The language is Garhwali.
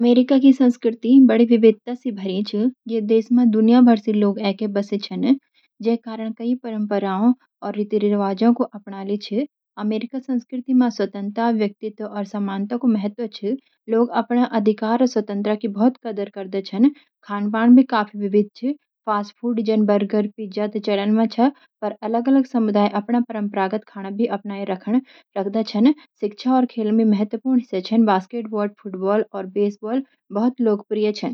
अमेरिका की संस्कृति बड़ी विविधता से भरी छ। ये देश मा दुनिया भर से लोग आके बसे छन, जे कारण कई प्रकार की परम्पराओं और रीति-रिवाजों को आपणा लि छ। अमेरिकी संस्कृति मा स्वतंत्रता, व्यक्तित्व, और समानता को महत्व छ। लोग अपन अधिकार और स्वतंत्रता की बहुत कदर कर दन। खानपान भी काफी विविध छ—फास्ट फूड जन बर्गर, पिज्जा त चलन मा छ, पर अलग-अलग समुदाय आपणा परम्परागत खाना भी अपनाए रखन। शिक्षा और खेल भी महत्वपूर्ण हिस्सा छन—बास्केटबॉल, फुटबॉल, और बेसबॉल बहुत लोकप्रिय छन।